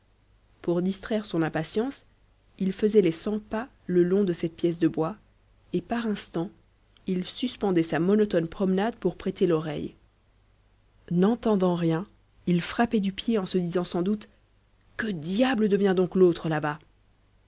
pour distraire son impatience il faisait les cent pas le long de cette pièce de bois et par instants il suspendait sa monotone promenade pour prêter l'oreille n'entendant rien il frappait du pied en se disant sans doute que diable devient donc l'autre là-bas